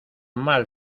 mal